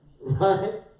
Right